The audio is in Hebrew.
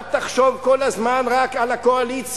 אל תחשוב כל הזמן רק על הקואליציה,